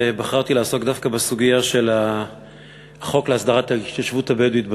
בחרתי לעסוק דווקא בסוגיה של החוק להסדרת ההתיישבות הבדואית בנגב.